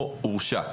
או הורשע.